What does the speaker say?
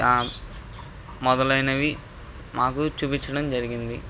మొదలైనవి మాకు చూపించడం జరిగింది